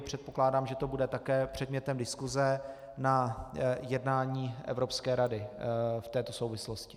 Předpokládám, že to bude také předmětem diskuse na jednání Evropské rady v této souvislosti.